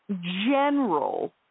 general